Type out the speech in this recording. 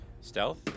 Stealth